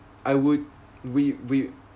I would we we